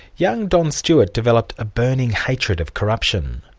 young don stewart developed a burning hatred of corruption.